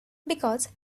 because